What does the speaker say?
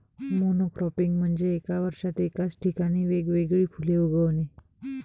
monocropping म्हणजे एका वर्षात एकाच ठिकाणी वेगवेगळी फुले उगवणे